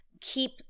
keep